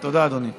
תודה, אדוני.